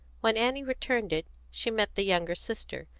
when annie returned it, she met the younger sister,